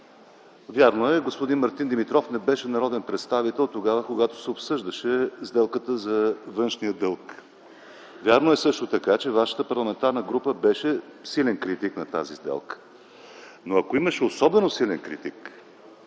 Вярно е, господин Мартин Димитров не беше народен представител, когато се обсъждаше сделката за външния дълг. Вярно е също така, че вашата парламентарна група беше силен критик на тази сделка. Но, ако имаше особено силен критик,